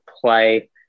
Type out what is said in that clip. play